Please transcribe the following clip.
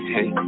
Hey